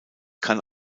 kann